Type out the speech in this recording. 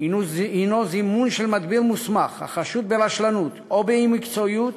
הוא זימון של מדביר מוסמך החשוד ברשלנות או באי-מקצועיות